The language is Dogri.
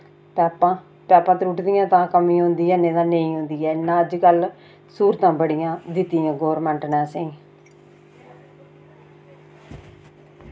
पैपां पैपां त्रुटदियां तां कमी औंदी ऐ निं तां नेईं औंदी ऐ इन्ना अजकल स्हूलतां बड़ियां दित्तियां गौरमैंट नै असें